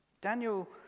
Daniel